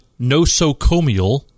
nosocomial